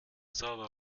sauber